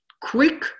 quick